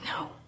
No